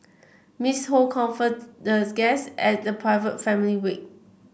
Miss Ho comforted the guests at the private family wake